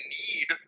need